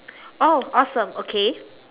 oh awesome okay